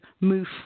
move